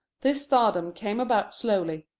this stardom came about slowly.